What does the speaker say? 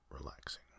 relaxing